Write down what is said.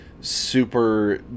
super